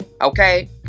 Okay